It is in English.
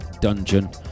Dungeon